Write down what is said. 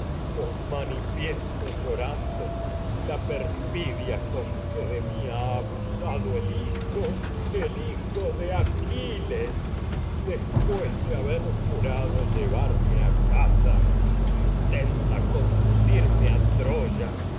manifiesto llorando perfidia con que de mí ha abusado el hijo el hijo de llevarme a aquiles después de haber tenta jurado y casa in conducirme a troya